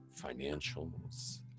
financials